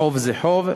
חוב זה חוב,